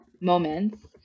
moments